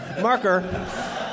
Marker